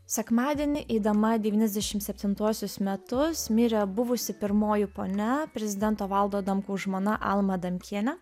sekmadienį eidama devyniasdešim septintuosius metus mirė buvusi pirmoji ponia prezidento valdo adamkaus žmona alma adamkienė